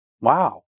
Wow